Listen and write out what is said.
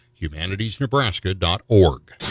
humanitiesnebraska.org